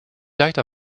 leichter